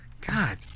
God